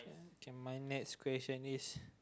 okay my next question is